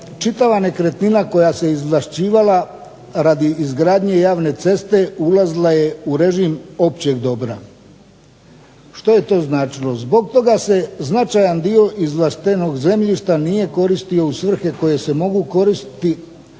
čitava nekretnina koja se izvlašćivala radi izgradnje javne ceste ulazila je u režim općeg dobra. Što je to značilo? Zbog toga se značajan dio izvlaštenog zemljišta nije koristio u svrhe u koje se mogu koristiti